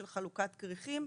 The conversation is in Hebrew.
של חלוקת כריכים.